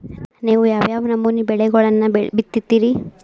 ನೇವು ಯಾವ್ ಯಾವ್ ನಮೂನಿ ಬೆಳಿಗೊಳನ್ನ ಬಿತ್ತತಿರಿ?